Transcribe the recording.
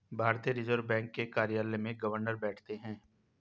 भारतीय reserve bank के कार्यालय में गवर्नर बैठते हैं